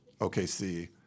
OKC